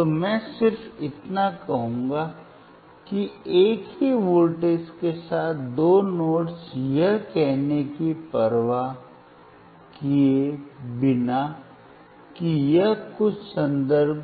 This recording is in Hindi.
तो मैं सिर्फ इतना कहूंगा कि एक ही वोल्टेज के साथ दो नोड्स यह कहने की परवाह किए बिना कि यह कुछ संदर्भ